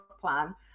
plan